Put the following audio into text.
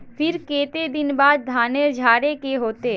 फिर केते दिन बाद धानेर झाड़े के होते?